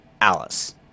Alice